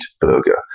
burger